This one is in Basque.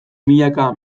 milaka